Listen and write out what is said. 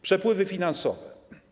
Przepływy finansowe.